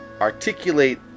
articulate